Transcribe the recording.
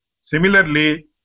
Similarly